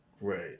Right